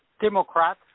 democrat